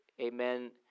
amen